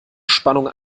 spannung